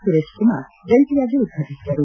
ಸುರೇಶ್ಕುಮಾರ್ ಜಂಟಿಯಾಗಿ ಉದ್ಘಾಟಿಸಿದರು